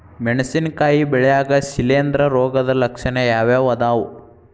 ಮೆಣಸಿನಕಾಯಿ ಬೆಳ್ಯಾಗ್ ಶಿಲೇಂಧ್ರ ರೋಗದ ಲಕ್ಷಣ ಯಾವ್ಯಾವ್ ಅದಾವ್?